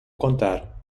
contar